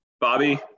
Bobby –